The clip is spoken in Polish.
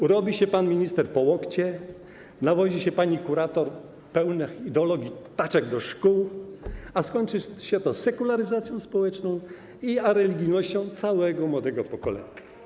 Urobi się pan minister po łokcie, nawozi się pani kurator pełnych ideologii taczek do szkół, a skończy się to sekularyzacją społeczną i areligijnością całego młodego pokolenia.